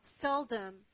seldom